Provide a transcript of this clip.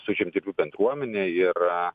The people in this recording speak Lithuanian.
su žemdirbių bendruomene ir